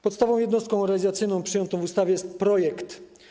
Podstawową jednostką realizacyjną przyjętą w ustawie jest projekt.